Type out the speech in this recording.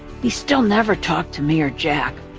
he still never talked to me or jack.